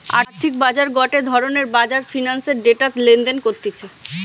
আর্থিক বাজার গটে ধরণের বাজার ফিন্যান্সের ডেটা লেনদেন করতিছে